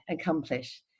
accomplish